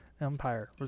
Empire